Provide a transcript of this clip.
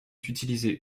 utilisé